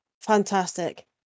Fantastic